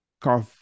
cough